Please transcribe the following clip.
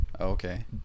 Okay